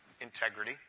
Integrity